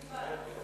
מכובד.